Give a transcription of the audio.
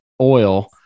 oil